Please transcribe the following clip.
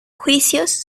juicios